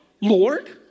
Lord